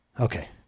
Okay